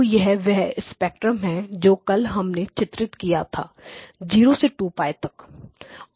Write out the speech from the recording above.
तो यह वह स्पेक्ट्रम है जो कल हमने चित्रित किया था 0 से 2 π तक